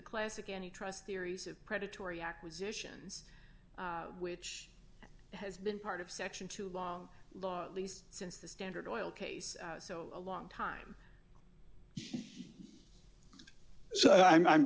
classic any trust theories of predatory acquisitions which has been part of section two long law at least since the standard oil case so a long time so i'm i'm